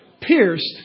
pierced